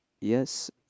Yes